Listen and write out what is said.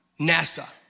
NASA